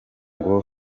ngo